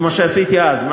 כמו שעשיתי אז,